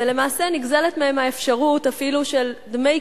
ולמעשה נגזלת מהן האפשרות אפילו של דמי